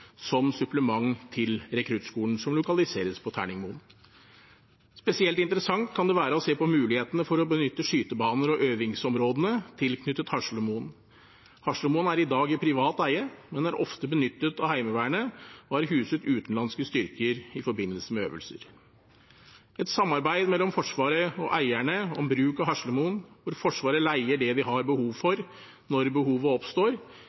som supplement til rekruttskolen som lokaliseres på Terningmoen. Spesielt interessant kan det være å se på mulighetene for å benytte skytebaner og øvingsområdene tilknyttet Haslemoen. Haslemoen er i dag i privat eie, men er ofte benyttet av Heimevernet og har huset utenlandske styrker i forbindelse med øvelser. Et samarbeid mellom Forsvaret og eierne om bruk av Haslemoen, hvor Forsvaret leier det vi har behov for når behovet oppstår,